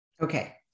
Okay